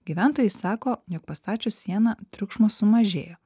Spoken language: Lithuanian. gyventojai sako jog pastačius sieną triukšmas sumažėjo